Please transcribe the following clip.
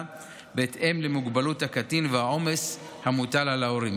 בהתאם למוגבלות הקטין והעומס המוטל על ההורים.